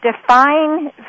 Define